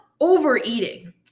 overeating